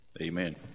Amen